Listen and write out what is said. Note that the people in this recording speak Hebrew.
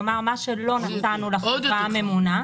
כלומר מה שלא נתנו לחברה הממונה.